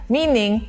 Meaning